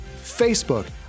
Facebook